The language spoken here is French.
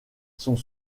sont